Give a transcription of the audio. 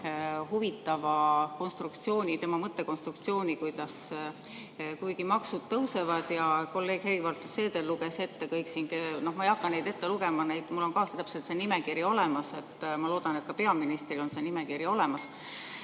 huvitava konstruktsiooni, oma mõttekonstruktsiooni, kuidas kuigi maksud tõusevad … Kolleeg Helir-Valdor Seeder luges siin kõik ette. Ma ei hakka neid ette lugema, mul on ka täpselt see nimekiri olemas. Ma loodan, et ka peaministril on see nimekiri olemas.